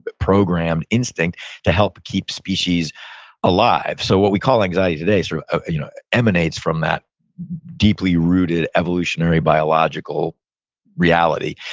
but program instinct to help keep species alive. so what we call anxiety today sort of emanates from that deeply rooted evolutionary, biological reality.